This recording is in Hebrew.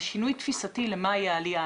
זה שינוי תפיסתי למה היא העלייה.